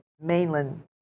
mainland